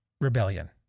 rebellion